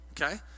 okay